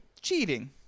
cheating